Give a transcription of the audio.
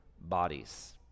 bodies